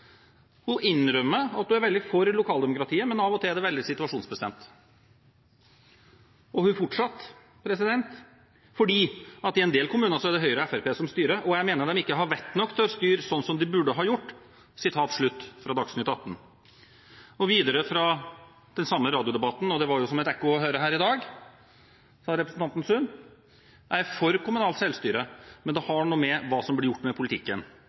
at hun er veldig for lokaldemokratiet, men av og til er det veldig situasjonsbestemt – og hun fortsatte – fordi i en del kommuner er det Høyre og Fremskrittspartiet som styrer, og jeg mener de ikke har vett nok til å styre sånn som de burde ha gjort, som hun sa i Dagsnytt Atten. Videre fra representanten Sund i den samme radiodebatten – og det var som å høre et ekko her i dag: Jeg er for kommunalt selvstyre, men det har noe med hva som blir gjort med politikken.